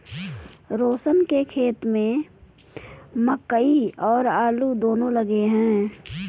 रोशन के खेत में मकई और आलू दोनो लगे हैं